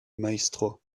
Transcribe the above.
maestro